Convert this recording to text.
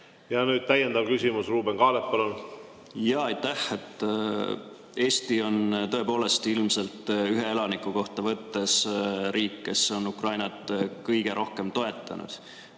Ja nüüd täiendav küsimus. Ruuben Kaalep, palun! Aitäh! Eesti on tõepoolest ilmselt ühe elaniku kohta võttes riik, kes on Ukrainat kõige rohkem toetanud.